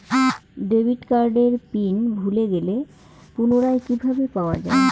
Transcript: Debit কার্ডের পিন ভুলে গেলে পুনরায় কিভাবে পাওয়া য়ায়?